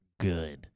good